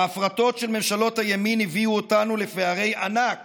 ההפרטות של ממשלות הימין הביאו אותנו לפערי ענק